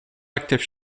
active